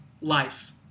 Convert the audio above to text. life